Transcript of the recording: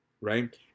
Right